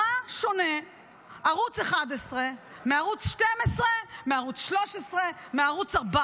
במה שונה ערוץ 11 מערוץ 12 מערוץ 13 מערוץ 14?